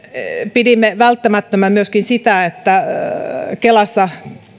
pidimme välttämättömänä myöskin sitä että kelassa